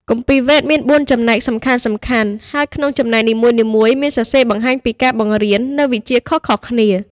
គម្ពីរ វេទ មាន ៤ ចំណែកសំខាន់ៗ ហើយក្នុងចំណែកនីមួយៗមានសរសេរបង្ហាញពីការបង្រៀននូវវិជ្ជាខុសៗគ្នា។